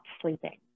sleeping